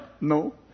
No